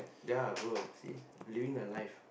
ya bro see living the life